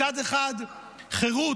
מצד אחד חירות,